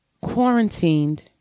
quarantined